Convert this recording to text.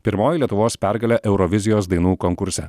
pirmoji lietuvos pergalė eurovizijos dainų konkurse